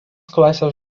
klasės